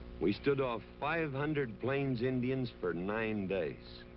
we stood off five hundred plains indians for nine days.